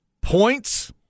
points